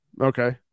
okay